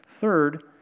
Third